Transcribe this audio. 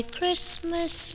Christmas